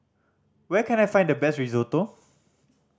where can I find the best Risotto